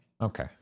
okay